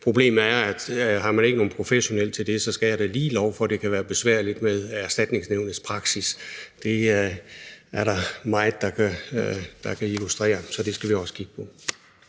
Problemet er, hvis man ikke har nogen professionel til det, for så skal jeg da lige love for, at det kan være besværligt med Erstatningsnævnets praksis. Det er der meget der kan illustrere. Så det skal vi også kigge på.